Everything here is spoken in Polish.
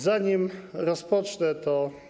Zanim rozpocznę, to.